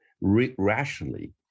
rationally